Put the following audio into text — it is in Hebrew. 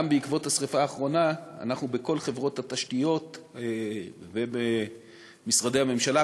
גם בעקבות השרפה האחרונה אנחנו בכל חברות התשתיות ובמשרדי הממשלה,